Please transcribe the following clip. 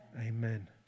amen